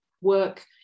work